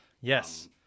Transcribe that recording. Yes